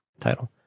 title